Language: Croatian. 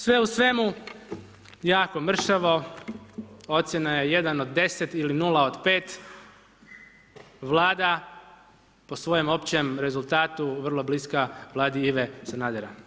Sve u svemu, jako mršavo, ocjena je 1 od 10 ili 0 od 5, Vlada po svojem općem rezultatu, vrlo bliska vladi Ive Sanadera.